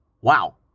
Wow